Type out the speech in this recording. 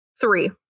Three